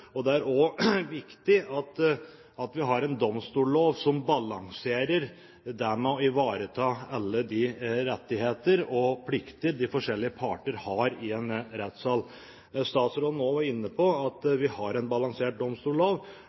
og det er også viktig at vi har en domstollov som balanserer det med å ivareta alle de rettigheter og plikter de forskjellige parter har i en rettssal. Statsråden var inne på at vi har en balansert domstollov,